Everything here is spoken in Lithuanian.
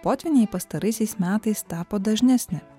potvyniai pastaraisiais metais tapo dažnesni